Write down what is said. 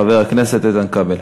חבר הכנסת איתן כבל.